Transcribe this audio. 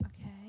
Okay